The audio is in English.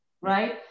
right